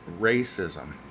racism